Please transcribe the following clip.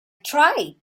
tried